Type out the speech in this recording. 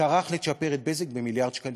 טרח לצ'פר את "בזק" במיליארד שקלים,